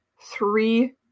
three